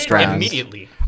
immediately